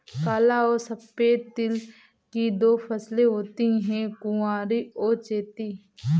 काला और सफेद तिल की दो फसलें होती है कुवारी और चैती